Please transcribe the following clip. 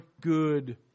good